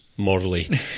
morally